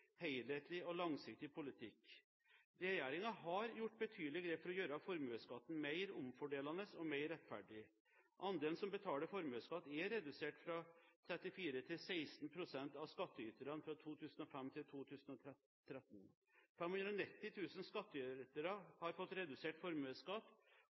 helhetlig og langsiktig politikk. Regjeringen har gjort betydelige grep for å gjøre formuesskatten mer omfordelende og mer rettferdig. Andelen som betaler formuesskatt, er fra 2005 til 2013 redusert fra 34 til 16 pst. av